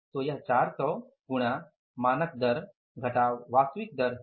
तो यह 400 गुणा मानक दर घटाव वास्तविक दर है